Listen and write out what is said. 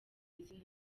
izina